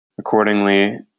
Accordingly